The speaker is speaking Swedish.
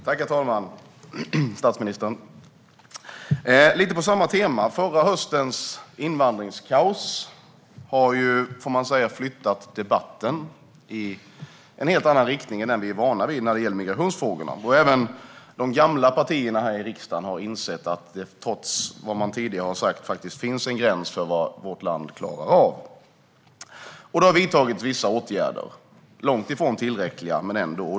Herr talman! Min fråga är lite på samma tema. Förra höstens invandringskaos har flyttat debatten i en helt annan riktning än den vi är vana vid när det gäller migrationsfrågorna. Även de gamla partierna i riksdagen har insett att det trots vad man tidigare har sagt finns en gräns för vad vårt land klarar av. Det har vidtagits vissa åtgärder - långt ifrån tillräckliga, men ändå.